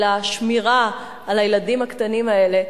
אלא שמירה על הילדים הקטנים האלה,